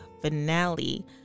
finale